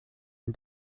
and